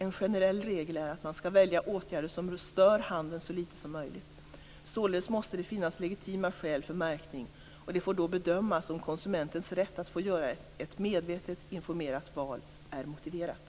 En generell regel är att man skall välja åtgärder som stör handeln så lite som möjligt. Således måste det finnas legitima skäl för märkning och det får då bedömas om konsumentens rätt att få göra ett medvetet, informerat val är motiverat.